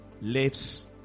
lives